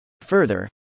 Further